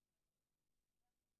העבודה,